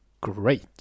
great